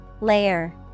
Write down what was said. Layer